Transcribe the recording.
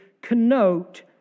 connote